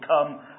come